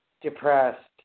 depressed